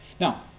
Now